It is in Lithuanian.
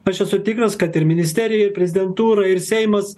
aš esu tikras kad ir ministerija ir prezidentūra ir seimas